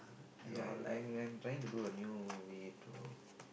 ya I'm I'm I'm trying to do a new way to